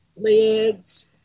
lids